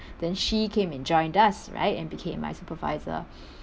then she came and joined us right and became my supervisor